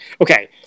Okay